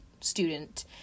student